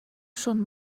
schon